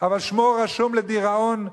אבל שמו רשום לדיראון,